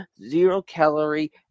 zero-calorie